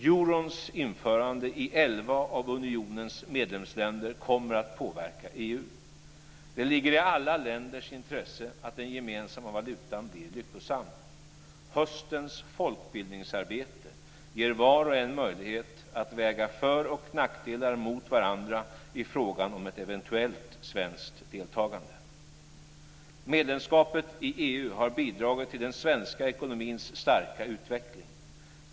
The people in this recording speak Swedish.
Eurons införande i elva av unionens medlemsländer kommer att påverka EU. Det ligger i alla länders intresse att den gemensamma valutan blir lyckosam. Höstens folkbildningsarbete ger var och en möjlighet att väga för och nackdelar mot varandra i frågan om ett eventuellt svenskt deltagande. Medlemskapet i EU har bidragit till den svenska ekonomins starka utveckling.